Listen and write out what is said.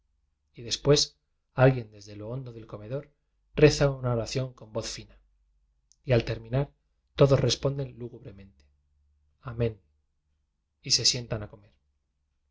y después alguien desde lo hondo del comedor reza una oración con voz fina y al terminar todos responden lúgubremente amén y se sientan a co